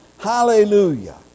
Hallelujah